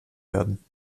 werden